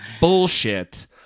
bullshit